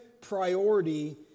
priority